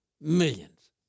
Millions